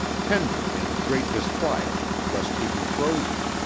tender, in great disquiet lest he be frozen.